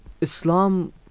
Islam